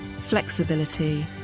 flexibility